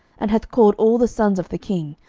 and hath called all the sons of the king,